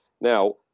Now